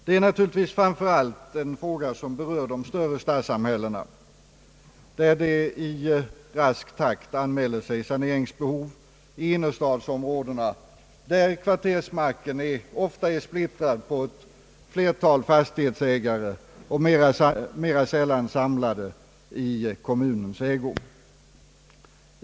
Det är naturligtvis en fråga som framför allt berör de större städerna, där saneringsbehov i rask takt anmäler sig i innerstadsområdena, där kvartersmarken ofta är splittrad på ett flertal fastighetsägare och mera sällan samlad i kommunens ägo.